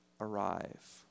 arrive